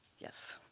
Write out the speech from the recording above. yes.